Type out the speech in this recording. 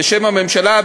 בשם הממשלה,